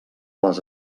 les